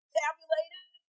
tabulated